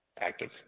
active